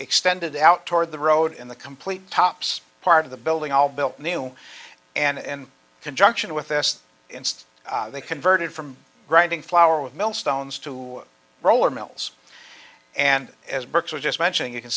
extended out toward the road in the complete tops part of the building all built new and conjunction with this instance they converted from grinding flour with millstones to roller mills and as brooks was just mentioning you can